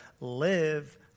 live